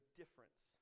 difference